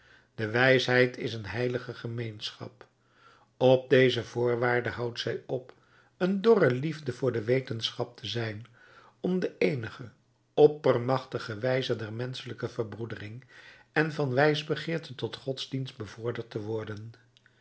de wijsheid is een heilige gemeenschap op deze voorwaarde houdt zij op een dorre liefde voor de wetenschap te zijn om de eenige oppermachtige wijze der menschelijke verbroedering en van wijsbegeerte tot godsdienst bevorderd te worden